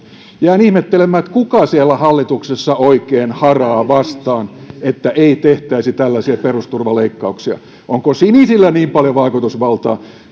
jään ihmettelemään kuka siellä hallituksessa oikein haraa vastaan niin ettei tehtäisi tällaisia perusturvaleikkauksia onko sinisillä niin paljon vaikutusvaltaa